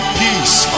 peace